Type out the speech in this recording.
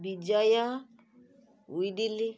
ବିଜୟ ଉଇଡିଲି